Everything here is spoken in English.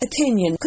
opinion